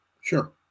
Sure